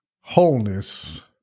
wholeness